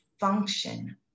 function